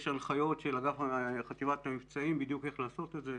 יש הנחיות של חטיבת המבצעים בדיוק איך לעשות את זה,